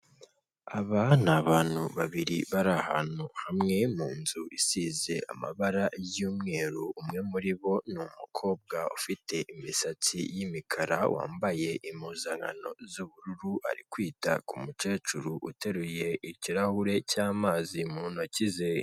Aba ni abantu babiri bari ahantu hamwe mu nzu isize amabara y'umweru, umwe muribo ni umukobwa ufite imisatsi y'imikara wambaye impuzankano z'ubururu ari kwita ku mukecuru uteruye ikirahure cy'amazi mu ntoki ze.